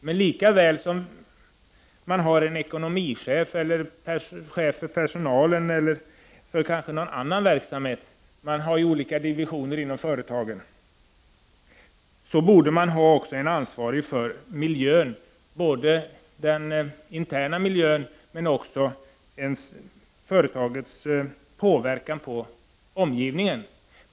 Men lika väl som man har en ekonomichef, personalchef osv. borde man ha en ansvarig för miljön. Det gäller både den interna miljön och företagets påverkan på omgivningen.